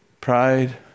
pride